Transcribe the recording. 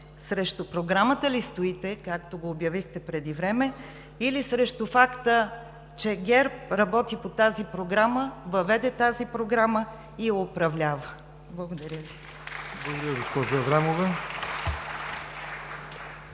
срещу Програмата ли стоите, както го обявихте преди време, или срещу факта, че ГЕРБ работи по тази Програма, въведе тази програма и я управлява? ПРЕДСЕДАТЕЛ